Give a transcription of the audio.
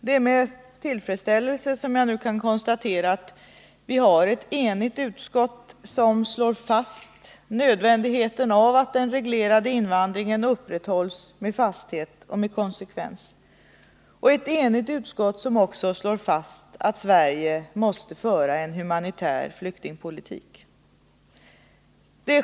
Det är med tillfredsställelse som jag nu kan konstatera att vi har ett enigt utskott som slår fast nödvändigheten av att den reglerade invandringen upprätthålls med fasthet och konsekvens, och ett enigt utskott som också slår fast att Sverige måste föra en humanitär flyktingpolitik.